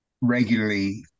regularly